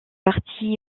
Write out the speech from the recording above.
partie